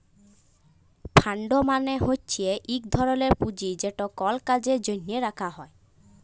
fund মালে হছে ইক ধরলের পুঁজি যেট কল কাজের জ্যনহে রাখা হ্যয়